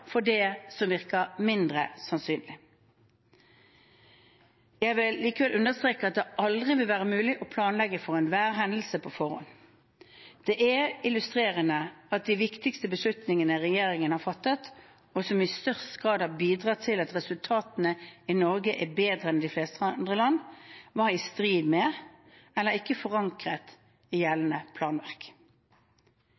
for det som virker mindre sannsynlig. Jeg vil likevel understreke at det aldri vil være mulig å planlegge for enhver hendelse på forhånd. Det er illustrerende at de viktigste beslutningene regjeringen fattet, og som i størst grad har bidratt til at resultatene i Norge er bedre enn i de fleste land, var i strid med eller ikke forankret i